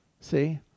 see